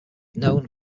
known